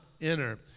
enter